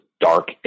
dark